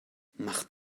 macht